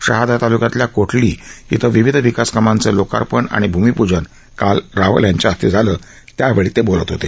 शहादा तालुक्यातल्या कोठली इथं विविध विकासकामांचं लोकार्पण आणि भूमिप्जन काल रावल यांच्या हस्ते झालं त्यावेळी ते बोलत होते